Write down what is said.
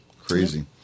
Crazy